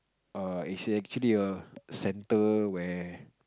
err it's actually a centre where